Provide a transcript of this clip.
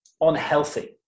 unhealthy